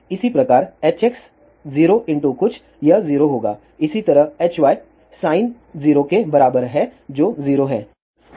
इसी प्रकार Hx 0 कुछ यह 0 होगा इसी तरह Hy sin 0 के बराबर है जो 0 है